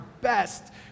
best